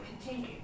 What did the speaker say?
continue